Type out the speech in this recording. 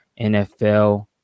NFL